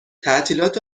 تعطیلات